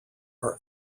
are